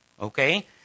Okay